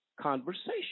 conversation